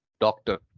doctor